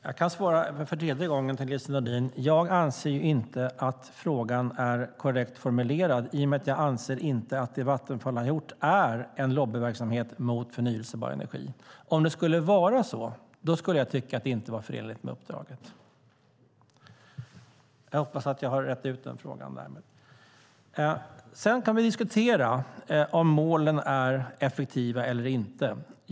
Fru talman! Jag kan svara Lise Nordin för tredje gången. Jag anser inte att frågan är korrekt formulerad eftersom jag inte anser att det Vattenfall har gjort är en lobbyverksamhet mot förnybar energi. Om det skulle vara så skulle jag tycka att det inte var förenligt med uppdraget. Jag hoppas att jag därmed har rett ut den frågan. Sedan kan vi diskutera om målen är effektiva eller inte.